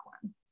one